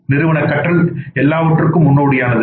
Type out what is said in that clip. நிறுவன கற்றல் எல்லாவற்றுக்கும் முன்னோடியானது